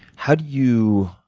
how do you